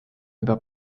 juba